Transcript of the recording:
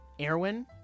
Erwin